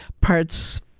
parts